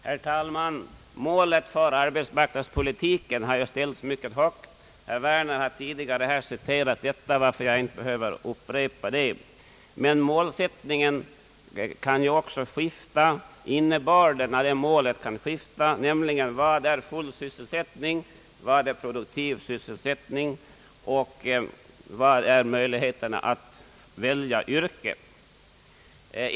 Herr talman! Målet för arbetsmarknadspolitiken har ställts mycket högt — herr Werner har redan citerat det, varför jag inte behöver gå in på den saken. Men målsättningens innebörd kan också skifta: Vad är full sysselsättning, vad är produktiv sysselsättning, vilka är möjligheterna att välja yrke?